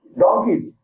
donkeys